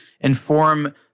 inform